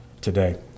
today